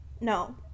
No